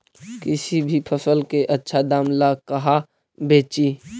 किसी भी फसल के आछा दाम ला कहा बेची?